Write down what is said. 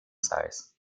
size